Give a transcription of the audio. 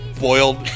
boiled